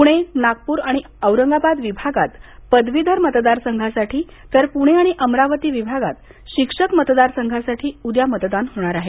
पुणे नागपूर आणि औरंगाबाद विभागात पदवीधर मतदार संघासाठी तर पुणे आणि अमरावती विभाग शिक्षक मतदार संघासाठी उद्या मतदान होणार आहे